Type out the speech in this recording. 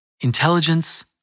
intelligence